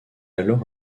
alors